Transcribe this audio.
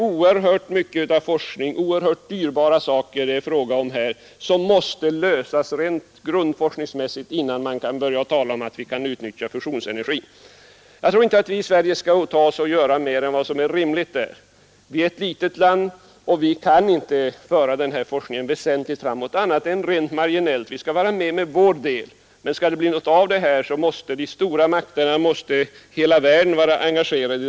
Oerhört mycket dyrbar forskning måste bedrivas och många problem måste lösas rent grundforskningsmässigt innan man kan börja utnyttja fusionsenergi. Jag tror inte att vi i Sverige skall åta oss att göra mer än vad som är rimligt. Sverige är ett litet land, och vi kan inte föra denna forskning väsentligt framåt annat än rent marginellt. Vi skall göra vad vi kan, men skall det bli något av måste de stora makterna, ja hela världen, vara engagerade.